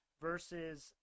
versus